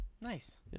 Nice